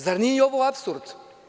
Zar nije i ovo apsurd?